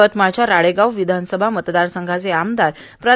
यवतमाळच्या राळेगाव विधानसभा मतदारसंघाचे आमदार प्रा